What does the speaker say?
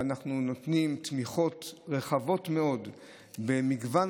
ואנחנו נותנים תמיכות רחבות מאוד במגוון